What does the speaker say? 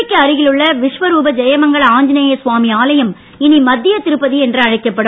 புதுவைக்கு அருகில் உள்ள விஸ்வரூப ஜெயமங்கள ஆஞ்சநேய சுவாமி ஆலயம் இனி மத்திய திருப்பதி என அழைக்கப்படும்